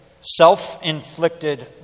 self-inflicted